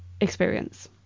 Experience